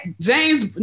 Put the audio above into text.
James